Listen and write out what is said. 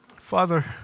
Father